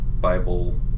Bible